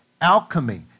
alchemy